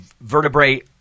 vertebrae